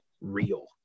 real